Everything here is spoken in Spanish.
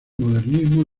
modernismo